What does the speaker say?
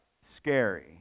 scary